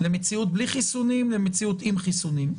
למציאות בלי חיסונים ולמציאות עם חיסונים.